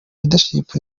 leadership